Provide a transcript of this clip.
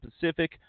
Pacific